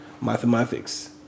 mathematics